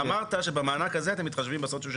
אמרת שבמענק הזה אתם מתחשבים בסוציו של